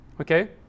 Okay